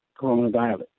coronavirus